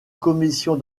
commission